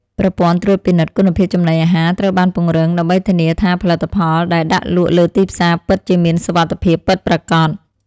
ប្រព័ន្ធត្រួតពិនិត្យគុណភាពចំណីអាហារត្រូវបានពង្រឹង ដើម្បីធានាថាផលិតផលដែលដាក់លក់លើទីផ្សារពិតជាមានសុវត្ថិភាពពិតប្រាកដ។